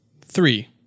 Three